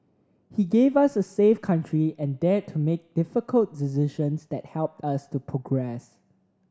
he gave us a safe country and dared to make difficult decisions that helped us to progress